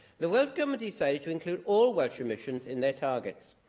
the welsh government decided to include all welsh emissions in their targets.